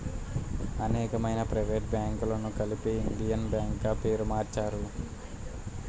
అనేకమైన ప్రైవేట్ బ్యాంకులను కలిపి ఇండియన్ బ్యాంక్ గా పేరు మార్చారు